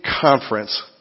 conference